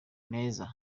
meza